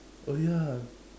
oh ya